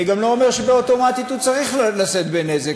אני גם לא אומר שאוטומטית הוא צריך לשאת בנזק,